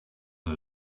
and